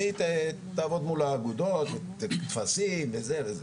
והיא תעבוד מול האגודות, טפסים וכו'.